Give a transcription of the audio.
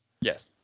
Yes